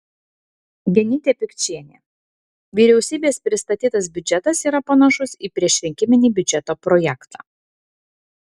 genytė pikčienė vyriausybės pristatytas biudžetas yra panašus į priešrinkiminį biudžeto projektą